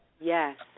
Yes